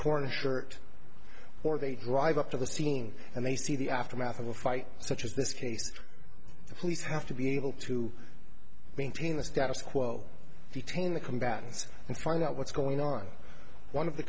torn shirt or they drive up to the scene and they see the aftermath of a fight such as this case the police have to be able to maintain the status quo detain the combatants and find out what's going on one of the